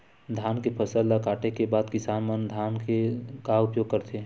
धान के फसल ला काटे के बाद किसान मन धान के का उपयोग करथे?